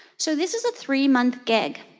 so this is a three-month gig,